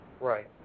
Right